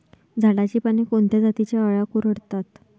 झाडाची पाने कोणत्या जातीच्या अळ्या कुरडतात?